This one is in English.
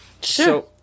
Sure